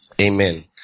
Amen